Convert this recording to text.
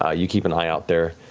ah you keep an eye out there.